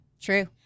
True